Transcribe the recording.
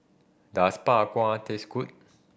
does Bak Kwa taste good